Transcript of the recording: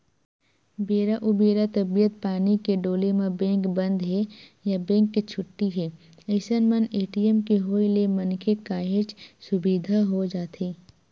बेरा उबेरा तबीयत पानी के डोले म बेंक बंद हे या बेंक के छुट्टी हे अइसन मन ए.टी.एम के होय ले मनखे काहेच सुबिधा हो जाथे